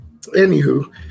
anywho